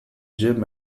gym